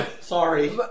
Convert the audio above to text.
Sorry